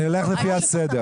אני הולך לפי הסדר.